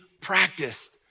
practiced